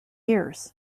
years